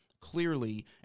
clearly